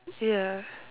ya